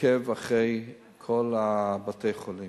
עוקב אחרי כל בתי-החולים.